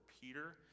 Peter